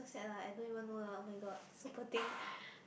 sad lah I don't even know lah oh-my-god so poor thing